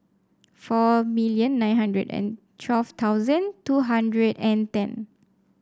four million nine hundred and twelve thousand two hundred and ten